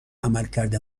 عملکرد